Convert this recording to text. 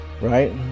right